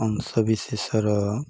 ଅଂଶ ବିଶେଷର